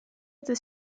des